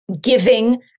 giving